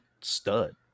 stud